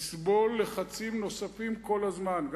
יסבול לחצים נוספים כל הזמן,